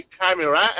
camera